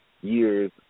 year's